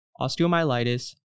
osteomyelitis